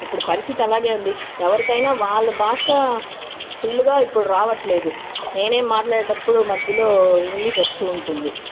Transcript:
ఇప్పుడు పరిస్థితి అలాగే ఉంది ఎవరికి అయినా వాళ్ళ భాష ప్చ్ ఫుల్లుగా ఇప్పుడు రావట్లేదు నేనేం మాట్లాడే అప్పుడు మధ్యలో ఇంగ్లీష్ వస్తూ ఉంటుంది